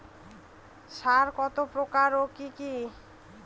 সার কত প্রকার ও কি কি?